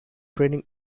training